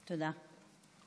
תודה.